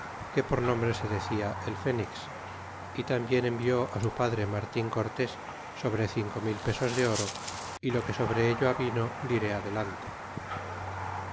que por nombre se decia el peina y tambien envió su padre martin cortés sobre cinco mil pesos de oro y lo que sobre ello avino diré adelante